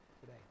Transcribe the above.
today